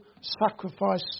sacrifice